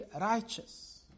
righteous